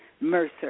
Mercer